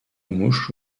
mouche